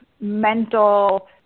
mental